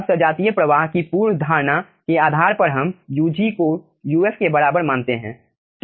अब सजातीय प्रवाह की पूर्वधारणा के आधार पर हम Ug को Uf के बराबर मानते हैं